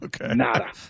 Nada